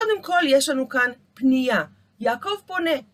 קודם כל, יש לנו כאן פנייה. יעקב, פונה...